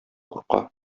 курка